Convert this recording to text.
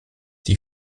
die